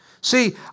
See